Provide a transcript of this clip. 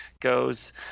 goes